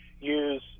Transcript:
use